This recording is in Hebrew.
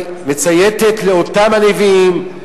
מציית לאותם נביאים,